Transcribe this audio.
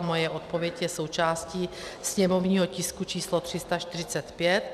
Moje odpověď je součástí sněmovního tisku číslo 345.